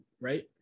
right